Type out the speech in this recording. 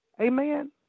amen